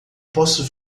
posso